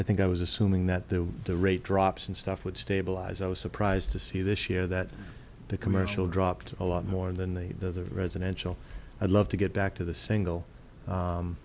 i think i was assuming that the rate drops and stuff would stabilize i was surprised to see this year that the commercial dropped a lot more than the residential i'd love to get back to the single